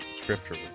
scripture